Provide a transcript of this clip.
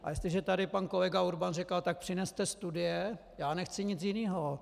A jestliže tady pan kolega Urban říkal: tak přineste studie já nechci nic jiného.